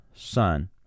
Son